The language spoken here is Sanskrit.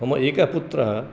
मम एकः पुत्रः